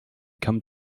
came